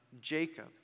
Jacob